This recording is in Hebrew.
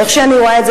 איך שאני רואה את זה,